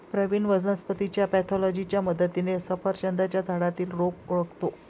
प्रवीण वनस्पतीच्या पॅथॉलॉजीच्या मदतीने सफरचंदाच्या झाडातील रोग ओळखतो